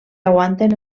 aguanten